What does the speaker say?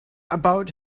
about